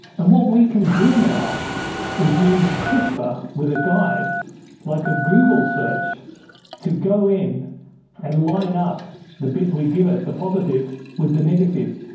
and what we can do now is use crispr with a guide like a google search to go in and line up the bit we give it, the positive, with the negative,